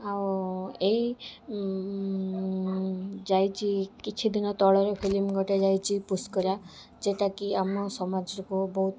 ଆଉ ଏଇ ଯାଇଛି କିଛି ଦିନ ତଳର ଫିଲ୍ମ ଗୋଟେ ଯାଇଛି ପୁଷ୍କରା ଯେଉଁଟା କି ଆମ ସମାଜକୁ ବହୁତ